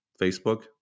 Facebook